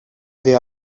the